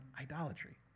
idolatry